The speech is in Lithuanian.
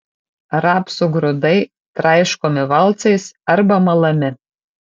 rapsų grūdai traiškomi valcais arba malami